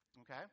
Okay